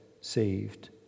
saved